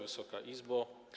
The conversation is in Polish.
Wysoka Izbo!